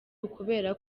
ukubera